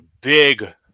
big